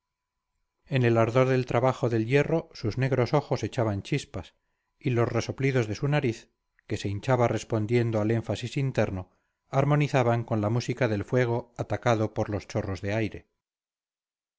en el ardor del trabajo del hierro sus negros ojos echaban chispas y los resoplidos de su nariz que se hinchaba respondiendo al énfasis interno armonizaban con la música del fuego atacado por los chorros de aire